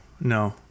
no